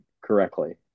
correctly